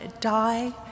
die